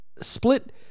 Split